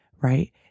right